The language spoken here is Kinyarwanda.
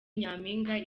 nyampinga